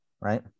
right